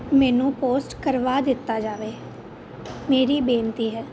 ਮੈਨੂੰ ਪੋਸਟ ਕਰਵਾ ਦਿੱਤਾ ਜਾਵੇ ਮੇਰੀ ਬੇਨਤੀ ਹੈ